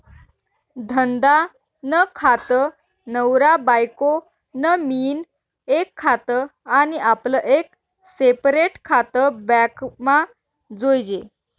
धंदा नं खातं, नवरा बायको नं मियीन एक खातं आनी आपलं एक सेपरेट खातं बॅकमा जोयजे